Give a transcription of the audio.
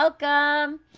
Welcome